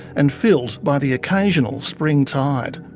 and filled by the occasional spring tide.